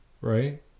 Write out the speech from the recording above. right